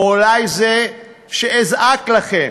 או אולי זה שיזעק לכם: